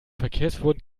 verkehrsverbund